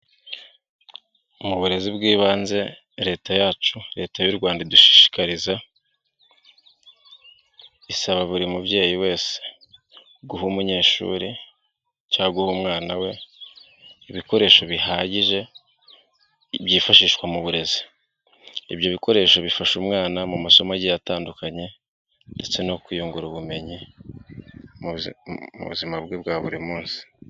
Mu burezi bw'ibanze leta yacu, leta y'u Rwanda idushishikariza, isaba buri mubyeyi wese guha umunyeshuri cyangwa guha umwana we ibikoresho bihagije byifashishwa mu burezi. Ibyo bikoresho bifasha umwana mu masomo atandukanye ndetse no kwiyungura ubumenyi mu buzima bwa buri munsi.